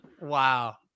wow